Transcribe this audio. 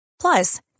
Plus